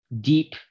deep